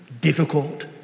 difficult